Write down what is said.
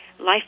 life